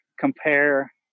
compare